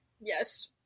Yes